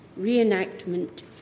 reenactment